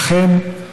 אכן,